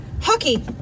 hockey